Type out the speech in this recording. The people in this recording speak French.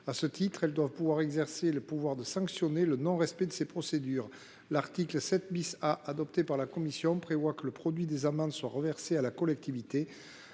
À ce titre, elles doivent pouvoir exercer les pouvoirs de sanction du non respect de ces procédures. L’article 7 A adopté par la commission prévoit que le produit des amendes sera versé à la collectivité.